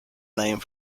name